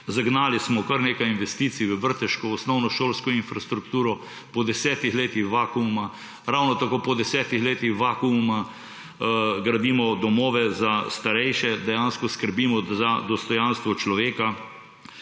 Zagnali smo kar nekaj investicij v vrtčevsko, osnovnošolsko infrastrukturo po desetih letih vakuuma. Ravno tako po desetih letih vakuuma gradimo domove za starejše. Dejansko skrbimo za dostojanstvo človeka.